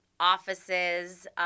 offices